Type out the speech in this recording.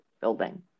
building